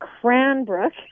Cranbrook